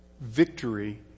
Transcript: victory